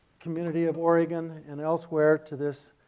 community of oregon and elsewhere to this.